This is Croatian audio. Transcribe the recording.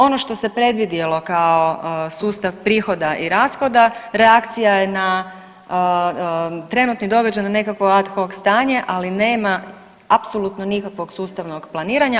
Ono što se predvidjelo kao sustav prihoda i rashoda reakcija je na trenutni događaj na nekakvo ad hoc stanje, ali nema apsolutno nikakvog sustavnog planiranja.